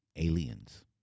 Aliens